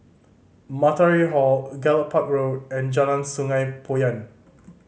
Matahari Hall Gallop Park Road and Jalan Sungei Poyan